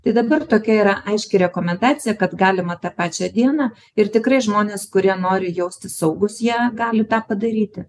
tai dabar tokia yra aiški rekomendacija kad galima tą pačią dieną ir tikrai žmonės kurie nori jaustis saugūs jie gali tą padaryti